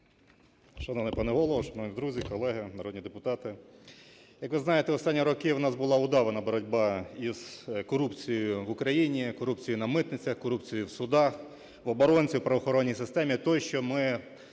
Шановний пане голово, шановні друзі, колеги народні депутати. Як ви знаєте, останні роки у нас була удавана боротьба із корупцією в Україні, корупцією на митницях, корупцією в судах, в оборонці, в правоохоронній системі, тощо.